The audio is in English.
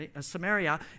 Samaria